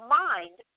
mind